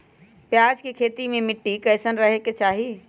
प्याज के खेती मे मिट्टी कैसन रहे के चाही?